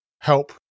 help